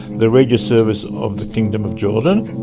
the radio service of the kingdom of jordan